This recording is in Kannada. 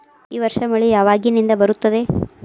ಈ ವರ್ಷ ಮಳಿ ಯಾವಾಗಿನಿಂದ ಬರುತ್ತದೆ?